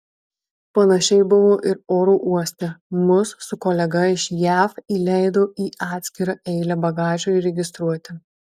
panašiai buvo ir oro uoste mus su kolega iš jav įleido į atskirą eilę bagažui registruoti